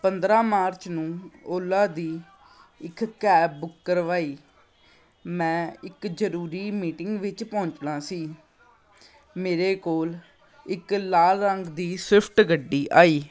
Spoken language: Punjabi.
ਪੰਦਰਾਂ ਮਾਰਚ ਨੂੰ ਓਲਾ ਦੀ ਇੱਕ ਕੈਬ ਬੁੱਕ ਕਰਵਾਈ ਮੈਂ ਇੱਕ ਜ਼ਰੂਰੀ ਮੀਟਿੰਗ ਵਿੱਚ ਪਹੁੰਚਣਾ ਸੀ ਮੇਰੇ ਕੋਲ ਇੱਕ ਲਾਲ ਰੰਗ ਦੀ ਸਵਿਫਟ ਗੱਡੀ ਆਈ